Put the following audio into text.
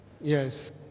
Yes